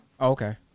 Okay